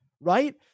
right